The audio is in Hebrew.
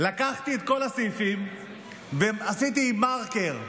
לקחתי את כל הסעיפים וסימנתי במרקר,